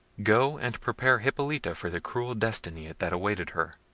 go and prepare hippolita for the cruel destiny that awaited her,